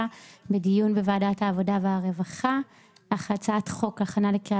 בדיון בוועדת העבודה והרווחה בנושא הכנה לקריאה